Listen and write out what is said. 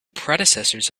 predecessors